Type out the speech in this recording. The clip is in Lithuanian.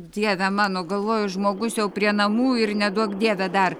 dieve mano galvoju žmogus jau prie namų ir neduok dieve dar